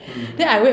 mm